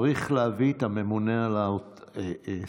צריך להביא את הממונה על השכר.